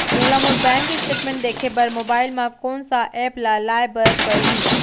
मोला मोर bank statement देखे बर मोबाइल मा कोन सा एप ला लाए बर परही?